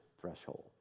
threshold